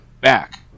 back